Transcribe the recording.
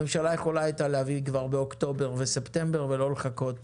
הממשלה הייתה יכולה להביא כבר בספטמבר ובאוקטובר ולא לחכות